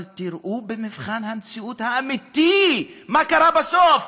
אבל תראו במבחן המציאות האמיתי מה קרה בסוף.